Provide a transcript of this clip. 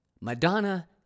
Madonna